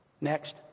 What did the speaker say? Next